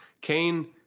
Kane